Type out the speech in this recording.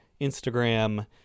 Instagram